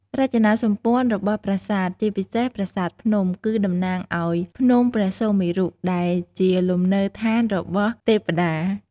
រចនាសម្ព័ន្ធរបស់ប្រាសាទ ជាពិសេសប្រាសាទភ្នំ គឺតំណាងឱ្យភ្នំព្រះសុមេរុ ដែលជាលំនៅឋានរបស់ទេព្តា។